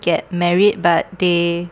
get married but they